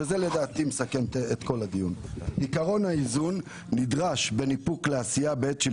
וזה לדעתי מסכם את כל הדיון: עיקרון האיזון נדרש בין איפוק לעשייה בעת